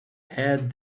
add